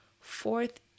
fourth